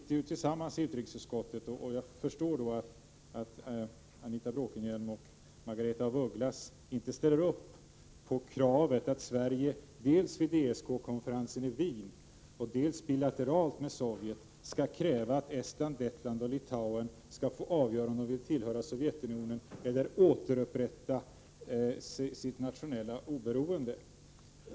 Ni sitter båda i utrikesutskottet, och jag förstår att Anita Bråkenhielm och Margaretha af Ugglas inte ställer upp bakom kravet på att Sverige dels vid ESK-konferensen i Wien, dels bilateralt med Sovjetunionen skall kräva att Estland, Lettland och Litauen skall få avgöra om de vill tillhöra Sovjetunionen eller återupprätta sitt nationella oberoende.